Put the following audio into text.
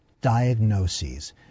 diagnoses